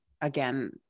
again